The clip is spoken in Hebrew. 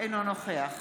אינו נוכח